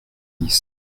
dix